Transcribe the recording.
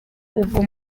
ubwo